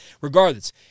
regardless